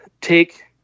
take